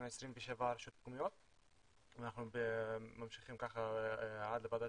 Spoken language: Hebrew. עם 27 רשויות מקומיות ואנחנו ממשיכים ככה עד לוועדת